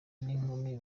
n’inkumi